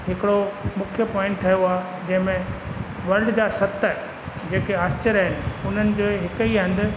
हिकिड़ो मुख्य पॉइंट ठहियो आहे जंहिंमें वल्ड जा सत जेके आश्चर्य आहिनि उन्हनि जे हिक ई हंधि